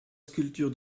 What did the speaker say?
sculptures